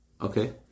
Okay